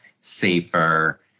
safer